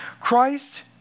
Christ